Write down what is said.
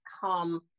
come